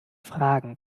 fragen